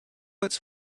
its